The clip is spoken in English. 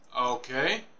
okay